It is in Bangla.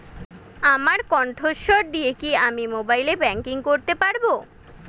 আমার কন্ঠস্বর দিয়ে কি আমি মোবাইলে ব্যাংকিং করতে পারবো?